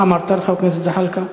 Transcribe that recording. מה אמרת לחבר הכנסת זחאלקה?